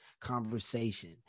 conversation